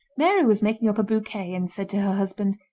mary was making up a bouquet, and said to her husband,